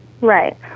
Right